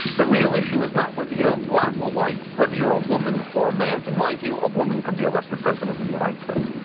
the real issue is not whether you're black or white, whether you're a woman or a man. in my view, a woman could be elected president of the united states.